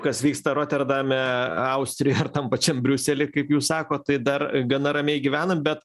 kas vyksta roterdame austrijoj ar tam pačiam briusely kaip jūs sakot tai dar gana ramiai gyvenam bet